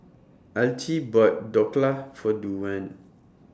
Al Tee bought Dhokla For Duane